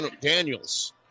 Daniels